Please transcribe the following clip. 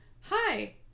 Hi